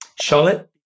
Charlotte